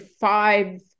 five